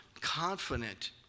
confident